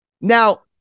Now